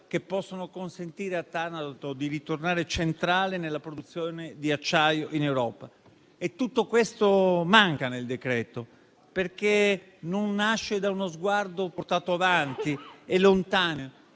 che possono consentire a Taranto di ritornare centrale nella produzione di acciaio in Europa. Tutto questo manca nel decreto-legge, perché non nasce da uno sguardo portato avanti e lontano.